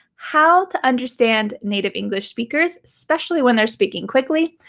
how to understand native english speakers, especially when they are speaking quickly.